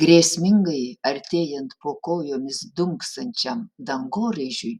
grėsmingai artėjant po kojomis dunksančiam dangoraižiui